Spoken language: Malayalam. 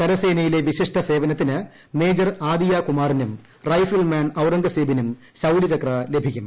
കരസേനയിലെ വിശിഷ്ട സേവനത്തിന് മേജർ ആദിയ കുമാറിനും റൈഫിൾമാൻ ഔറംഗസേബിനും ശൌര്യചക്ര ലഭിക്കും